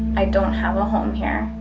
i don't have a home here.